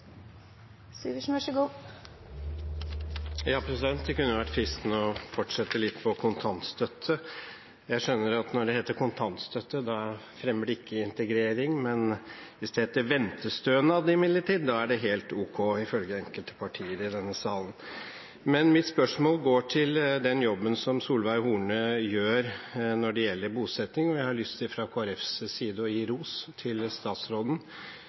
Det kunne vært fristende å fortsette litt på kontantstøtte. Jeg skjønner at når det heter «kontantstøtte», fremmer det ikke integrering, men hvis det heter «ventestønad», er det helt ok, ifølge enkelte partier i denne salen. Mitt spørsmål gjelder den jobben som Solveig Horne gjør når det gjelder bosetting, og jeg har lyst til fra Kristelig Folkepartis side å gi ros til statsråden